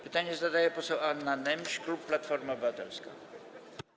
Pytanie zadaje poseł Anna Nemś, klub Platforma Obywatelska.